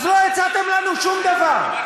אז לא הצעתם לנו שום דבר,